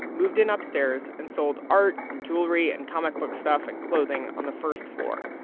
moved in upstairs and sold art and jewelry and comic book stuff and clothing on the first floor.